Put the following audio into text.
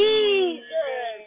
Jesus